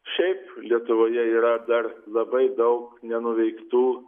šiaip lietuvoje yra dar labai daug nenuveiktų